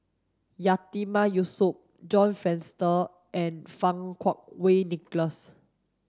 Yatiman Yusof John Fraser and Fang Kuo Wei Nicholas